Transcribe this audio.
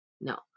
No